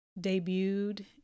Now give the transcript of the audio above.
debuted